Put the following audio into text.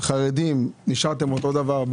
חרדים נשארתם אותו דבר,